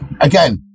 again